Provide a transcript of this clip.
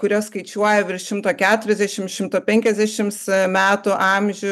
kurie skaičiuoja virš šimto keturiasdešim šimto penkiasdešims metų amžių